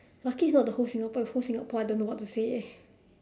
lucky it's not the whole singapore if whole singapore I don't know what to say eh